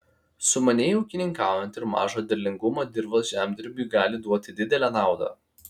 sumaniai ūkininkaujant ir mažo derlingumo dirvos žemdirbiui gali duoti didelę naudą